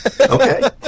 Okay